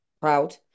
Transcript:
proud